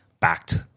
backed